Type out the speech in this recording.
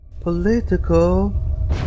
Political